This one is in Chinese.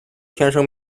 天生